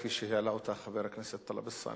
כפי שהעלה חבר הכנסת טלב אלסאנע,